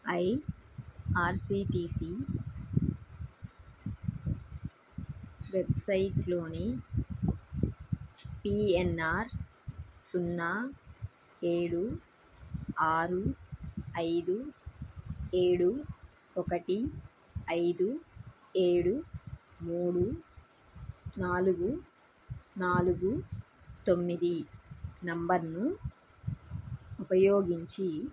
I R C T C వెబ్సైట్లోని P N R సున్నా ఏడు ఆరు ఐదు ఏడు ఒకటి ఐదు ఏడు మూడు నాలుగు నాలుగు తొమ్మిది నంబర్ను ఉపయోగించి